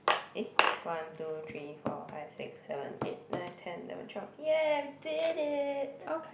eh one two three for five six seven eight nine ten eleven twelve !yay! we did it